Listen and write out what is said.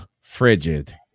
frigid